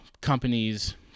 companies